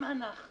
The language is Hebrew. אם אנחנו